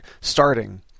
starting